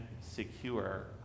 secure